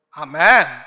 Amen